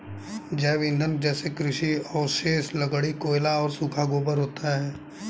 जैव ईंधन जैसे कृषि अवशेष, लकड़ी, कोयला और सूखा गोबर होता है